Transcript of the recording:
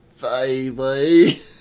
baby